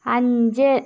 അഞ്ച്